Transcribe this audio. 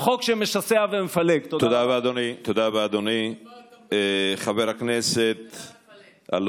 שמשמעה שכל ההתהדרות של